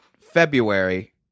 February